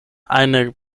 eine